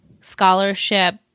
scholarship